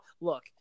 look